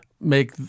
make –